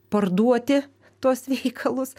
parduoti tuos veikalus